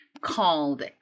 called